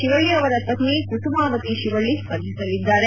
ಶಿವಳ್ಳಿ ಅವರ ಪತ್ನಿ ಕುಸುಮಾವತಿ ಶಿವಳ್ಳಿ ಸ್ಪರ್ಧಿಸಲಿದ್ದಾರೆ